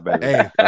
hey